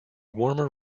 warmer